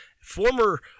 former